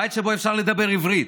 בית שבו אפשר לדבר עברית,